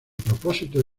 propósito